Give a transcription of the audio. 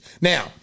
Now